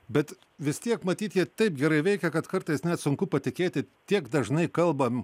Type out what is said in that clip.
bet vis tiek matyt jie taip gerai veikia kad kartais net sunku patikėti tiek dažnai kalbam